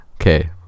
Okay